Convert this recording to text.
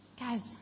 Guys